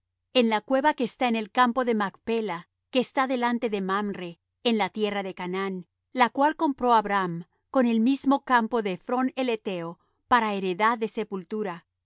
en la cueva que está en el campo de macpela que está delante de mamre en la tierra de canaán la cual compró abraham con el mismo campo de ephrón el hetheo para heredad de sepultura